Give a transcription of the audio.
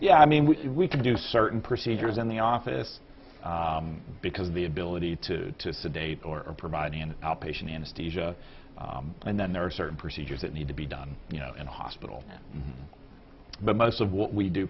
yeah i mean we we can do certain procedures in the office because the ability to to sedate or provide an outpatient anesthesia and then there are certain procedures that need to be done you know in a hospital but most of what we do